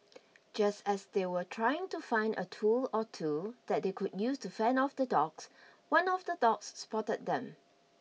just as they were trying to find a tool or two that they could use to fend off the dogs one of the dogs spotted them